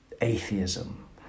atheism